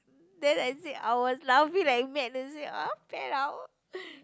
then I said I was laughing like mad I said uh pair up